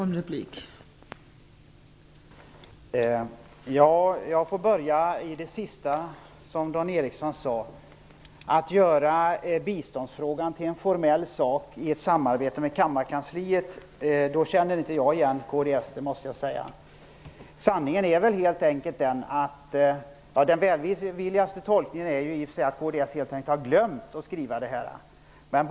Fru talman! Jag börjar med det som Dan Ericsson tog upp sist. Han gjorde biståndsfrågan till en formell sak i ett samarbete med Kammarkansliet. Då känner inte jag igen kds, det måste jag säga. Den välvilligaste tolkningen är att kds har glömt att skriva om biståndet.